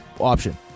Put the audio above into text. option